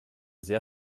sehr